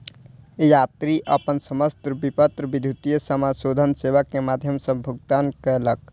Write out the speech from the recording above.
यात्री अपन समस्त विपत्र विद्युतीय समाशोधन सेवा के माध्यम सॅ भुगतान कयलक